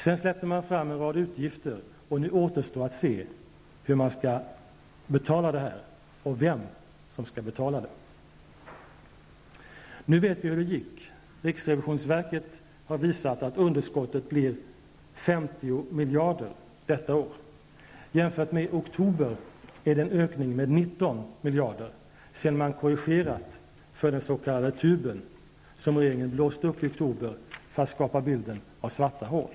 Sedan släppte man fram en rad utgifter, och nu återstår att se hur detta skall betalas och vem som skall betala. Nu vet vi hur det gick. Enligt riksrevisionsverket blir underskottet 50 miljarder kronor detta år. Jämfört med oktober är det en ökning med 19 miljarder, sedan man korrigerat för den s.k. tuben, som regeringen blåste upp i oktober för att skapa bilden av ''svarta hål''.